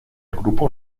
grupo